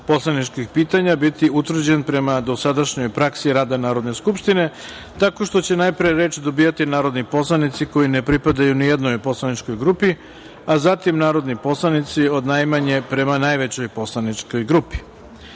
poslaničkih pitanja biti utvrđen prema dosadašnjoj praksi rada Narodne skupštine tako što će najpre reč dobijati narodni poslanici koji ne pripadaju ni jednoj poslaničkoj grupi, a zatim narodni poslanici od najmanje prema najvećoj poslaničkoj